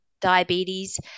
Diabetes